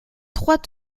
trois